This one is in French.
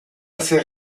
assez